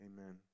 Amen